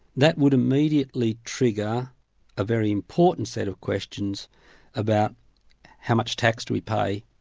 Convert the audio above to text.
that would immediately trigger a very important set of questions about how much tax do we pay,